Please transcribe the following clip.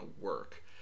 work